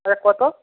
কত